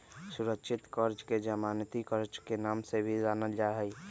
सुरक्षित कर्ज के जमानती कर्ज के नाम से भी जानल जाहई